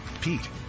Pete